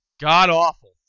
god-awful